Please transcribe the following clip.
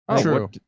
True